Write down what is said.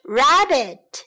rabbit